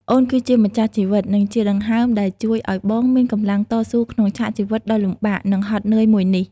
អូនគឺជាម្ចាស់ជីវិត និងជាដង្ហើមដែលជួយឱ្យបងមានកម្លាំងតស៊ូក្នុងឆាកជីវិតដ៏លំបាក និងហត់នឿយមួយនេះ។